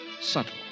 subtle